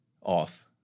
off